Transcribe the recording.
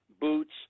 boots